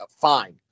fine